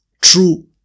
true